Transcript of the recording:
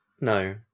No